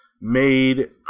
made